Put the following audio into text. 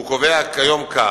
והוא קובע היום כך: